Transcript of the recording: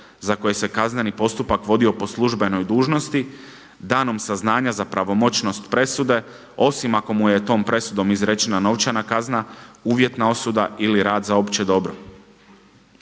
za koje se kazneni postupak vodio po službenoj dužnosti, danom saznanja za pravomoćnost presude osim ako mu je tom presudom izrečena novčana kazna, uvjetna osuda ili rad za opće dobro.